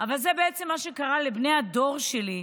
אבל זה בעצם מה שקרה לבני הדור שלי,